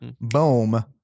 Boom